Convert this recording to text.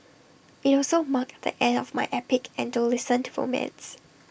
IT also marked the ear of my epic adolescent romance